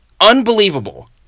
Unbelievable